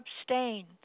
abstain